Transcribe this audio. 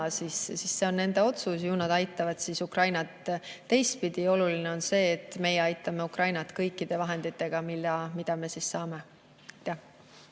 siis see on nende otsus. Ju nad aitavad siis Ukrainat teistpidi. Oluline on see, et meie aitame Ukrainat kõikide vahenditega, mis me saame.